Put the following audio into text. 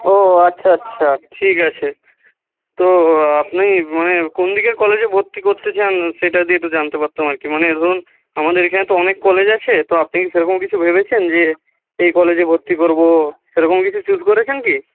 ও আচ্ছা আচ্ছা ঠিক আছে তো আপনি মানে কোন দিকের কলেজে ভর্তি করতে চান সেটা যদি একটু জানতে পারতাম আর কি মানে ধরুন আমাদের এখানে তো অনেক কলেজ আছে তো আপনি সেরকম কিছু ভেবেছেন যে এই কলেজে ভর্তি করব সেরকম কিছু চুজ করেছেন কি